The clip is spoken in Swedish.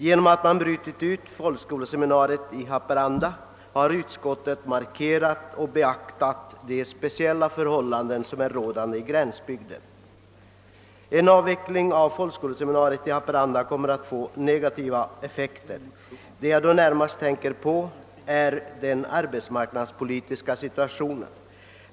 Genom att bryta ut detta seminarium har utskottet markerat och beaktat de speciella förhållanden som råder i gränsbygden där uppe. Avvecklingen av folkskoleseminariet i Haparanda kommer att få negativa effekter. Jag tänker då närmast på den arbetsmarknadspolitiska situationen.